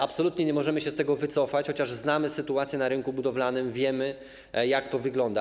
Absolutnie nie możemy się z tego wycofać, chociaż znamy sytuację na rynku budowlanym, wiemy, jak to wygląda.